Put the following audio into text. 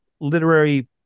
literary